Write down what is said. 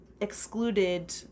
excluded